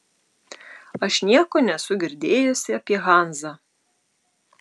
aš nieko nesu girdėjusi apie hanzą